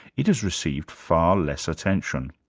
it has received far less attention.